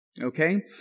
okay